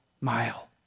mile